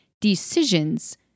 decisions